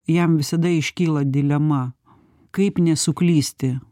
jam visada iškyla dilema kaip nesuklysti